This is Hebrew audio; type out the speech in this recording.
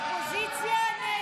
סעיפים 73,